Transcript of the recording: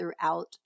throughout